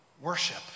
Worship